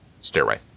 stairway